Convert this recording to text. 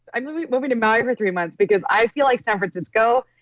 i'm moving to maui for three months because i feel like san francisco,